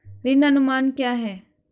ऋण अनुमान क्या है?